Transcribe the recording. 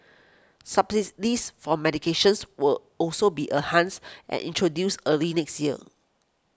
for medications will also be and introduced early next year